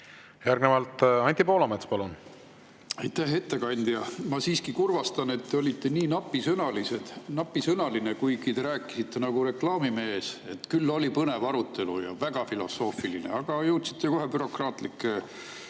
Järgnevalt Anti Poolamets, palun! Aitäh! Ettekandja, ma siiski kurvastan, et te olite nii napisõnaline, kuigi rääkisite nagu reklaamimees, et küll oli põnev arutelu ja väga filosoofiline, aga jõudsite kohe bürokraatlike